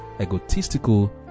egotistical